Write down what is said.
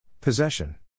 Possession